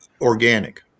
organic